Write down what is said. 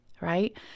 right